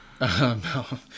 No